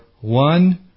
one